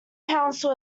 council